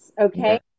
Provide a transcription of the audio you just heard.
okay